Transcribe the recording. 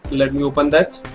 let me open that.